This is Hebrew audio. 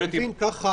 אם כך,